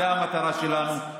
זו המטרה שלנו,